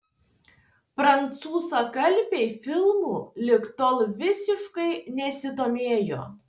prancūzakalbiai filmu lig tol visiškai nesidomėjo